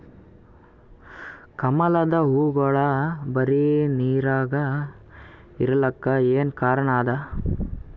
ಕಮಲದ ಹೂವಾಗೋಳ ಬರೀ ನೀರಾಗ ಇರಲಾಕ ಏನ ಕಾರಣ ಅದಾ?